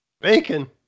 Bacon